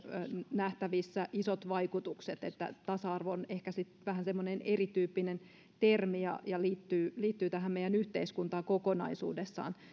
nähtävissä isot vaikutukset tasa arvo on ehkä sitten vähän semmoinen erityyppinen termi ja ja liittyy liittyy tähän meidän yhteiskuntaan kokonaisuudessaan